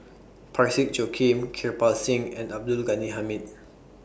Parsick Joaquim Kirpal Singh and Abdul Ghani Hamid